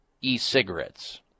e-cigarettes